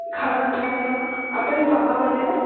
ঘৰত ভালে আৰু আপুনি খোৱা বোৱা কৰিলেনে